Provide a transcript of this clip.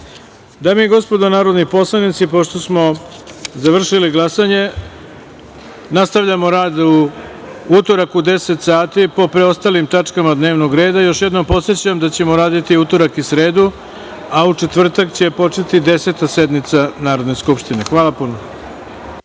i gospodo narodni poslanici, pošto smo završili glasanje, nastavljamo rad u utorak u 10.00 sati po preostalim tačkama dnevnog reda. Još jednom podsećam da ćemo raditi utorak i sredu, a u četvrtak će početi Deseta sednica Narodne skupštine. Hvala puno.